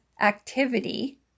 activity